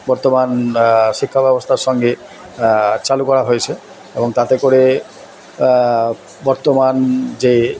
বর্তমান শিক্ষাব্যবস্থার সঙ্গে চালু করা হয়েছে এবং তাতে করে বর্তমান যে